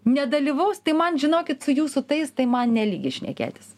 nedalyvaus tai man žinokit su jūsų tais tai man ne lygis šnekėtis